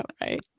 right